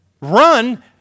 run